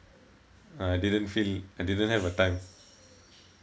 I didn't feel I didn't have the time